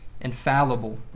infallible